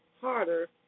harder